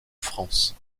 france